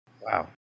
Wow